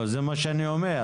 זה מה שאני אומר.